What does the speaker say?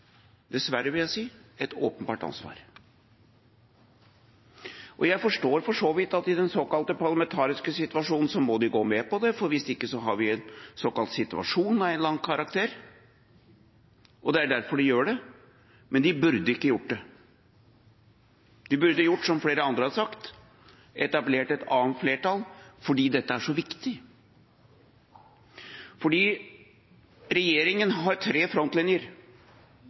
dessverre. Jeg forstår for så vidt at man i den såkalte parlamentariske situasjonen må gå med på det, for hvis ikke har vi en såkalt situasjon av en eller annen karakter. Det er derfor de gjør det, men de burde ikke gjort det. De burde gjort som flere andre har sagt: etablert et annet flertall, fordi dette er så viktig. Regjeringa har tre frontlinjer: